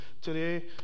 Today